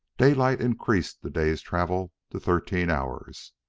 daylight increased the day's travel to thirteen hours.